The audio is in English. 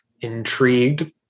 intrigued